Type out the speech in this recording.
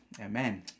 Amen